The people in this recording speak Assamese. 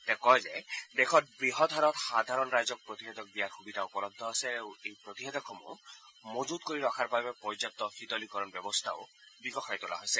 তেওঁ কয় যে দেশত বৃহৎ হাৰত সাধাৰণ ৰাইজক প্ৰতিষেধক দিয়াৰ সুবিধা উপলৰূ আছে আৰু এই প্ৰতিষেধকসমূহ মজুত কৰি ৰখাৰ বাবে পৰ্যাপু শীতলীকৰণ ব্যৱস্থাণ্ড বিকশাই তোলা হৈছে